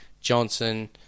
Johnson